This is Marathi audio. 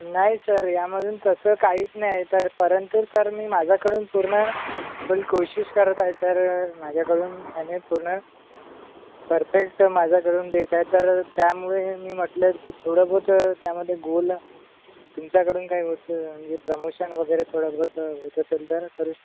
नाही सर यामधून तसं काहीच नाही आहे तर परंतु सर मी माझ्याकडून पूर्ण फुल कोशिश करत आहे सर माझ्याकडून आणि पूर्ण परफेक्ट माझ्याकडून देत आहे तर त्यामुळे मी म्हटलं की थोडंबहुत त्यामध्ये गोल तुमच्याकडून काही होतं म्हणजे प्रमोशन वगैरे थोडंबहुत होत असेल तर करू शक